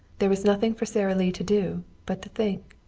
there was nothing for sara lee to do but to think.